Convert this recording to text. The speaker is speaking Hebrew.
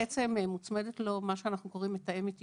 לכל חולה אונקולוגי מוצמדת מה שאנחנו קוראים לו מתאמת אישית.